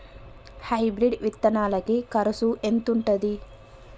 Hybrid విత్తనాలకి కరుసు ఎంత ఉంటది?